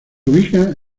ubica